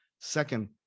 second